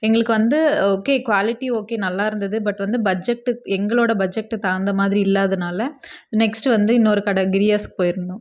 எங்களுக்கு வந்து okay quality okay நல்லா இருந்தது பட் வந்து பட்ஜெட்டு எங்களோட பட்ஜெட்டுக்கு தகுந்த மாதிரி இல்லாததுனால் நெஸ்ட்டு வந்து இன்னொரு கடை கிரியாஸ்க்கு போய்ருந்தோம்